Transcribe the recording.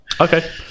Okay